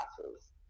classes